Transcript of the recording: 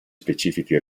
specifici